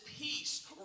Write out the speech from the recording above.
peace